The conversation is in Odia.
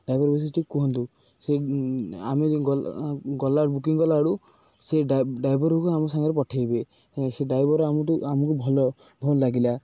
ଡ୍ରାଇଭର କୁହନ୍ତୁ ସେ ଆମେ ଗଲା ବୁକିଂ କଲାବେଳୁ ସେ ଡ୍ରାଇଭରକୁ ଆମ ସାଙ୍ଗରେ ପଠେଇବେ ସେ ଡ୍ରାଇଭର ଆମଠୁ ଆମକୁ ଭଲ ଭଲ ଲାଗିଲା